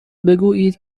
بگویید